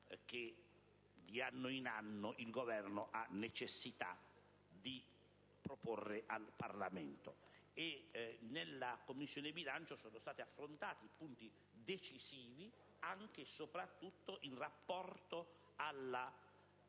che di anno in anno il Governo ha necessità di proporre al Parlamento. Nella Commissione bilancio sono stati affrontati punti decisivi, anche e soprattutto in rapporto alla *governance*